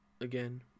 Again